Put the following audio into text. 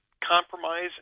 Compromise